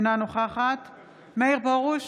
אינה נוכחת מאיר פרוש,